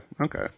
Okay